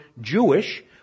Jewish